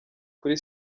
kuri